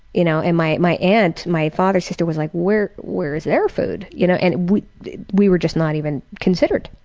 you know, and my my aunt, my father's sister was like, where where is their food? you know and we we were just not even considered.